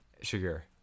Sugar